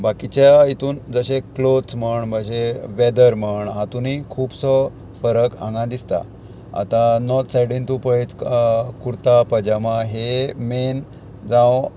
बाकीच्या हितून जशे क्लोथ म्हण अशे वेदर म्हण हातुनूय खुबसो फरक हांगा दिसता आतां नॉर्थ सायडीन तूं पळयत कुर्ता पजामा हे मेन जावं